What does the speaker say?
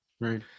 right